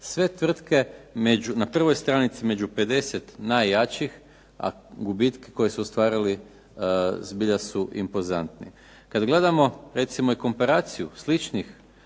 Sve tvrtke među, na prvoj stranici među 50 najjačih, a gubitke koje su ostvarili zbilja su impozantni. Kad gledamo recimo i komparaciju sličnih